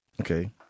Okay